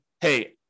hey